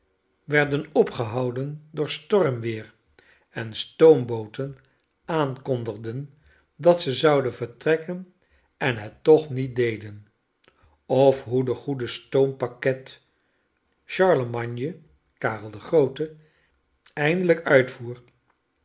werden opgehouden door stormweer en stoombooten aankondigden dat ze zouden vertrekken en het toch niet deden of hoe de goede